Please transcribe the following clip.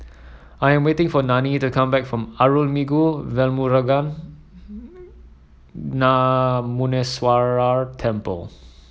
I am waiting for Nanie to come back from Arulmigu Velmurugan Gnanamuneeswarar Temple